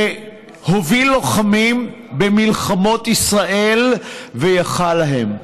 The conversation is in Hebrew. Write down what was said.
והוביל לוחמים במלחמות ישראל ויכול להן.